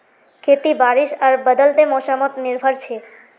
खेती बारिश आर बदलते मोसमोत निर्भर छे